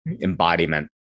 embodiment